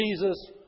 Jesus